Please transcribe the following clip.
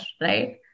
right